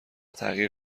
تغییر